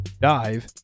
dive